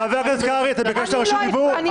--- חבר הכנסת קרעי, אתה ביקשת רשות דיבור?